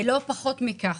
לא פחות מכך.